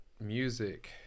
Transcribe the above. music